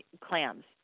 clams